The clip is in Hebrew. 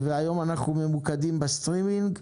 היום אנחנו ממוקדים בסטרימינג.